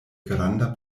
granda